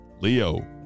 Leo